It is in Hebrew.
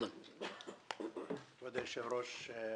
כבוד היושב ראש.